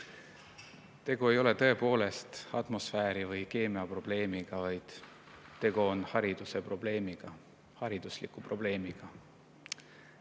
Tegu ei ole tõepoolest atmosfääri või keemia probleemiga, vaid tegu on hariduse probleemiga, haridusliku probleemiga.